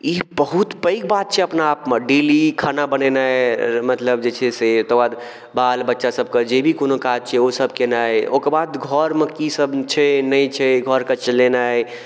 ई बहुत पैघ बात छै अपना आपमे डेली खाना बनेनाइ मतलब जे छै से तै बाद बालबच्चा सबके जे भी कोनो काज छै ओसब केनाइ ओइके बाद घरमे की सब छै नहि छै घरके चलेनाइ